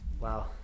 Wow